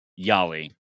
Yali